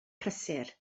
prysur